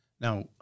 Now